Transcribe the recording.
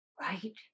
right